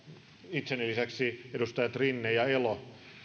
itseni lisäksi edustajat rinne ja elo